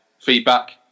feedback